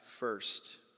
first